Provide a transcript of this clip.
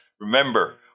Remember